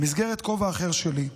במסגרת כובע אחר שלי,